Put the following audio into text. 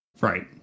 right